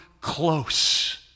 close